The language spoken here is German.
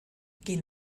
gehen